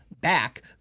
back